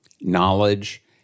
knowledge